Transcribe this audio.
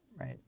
right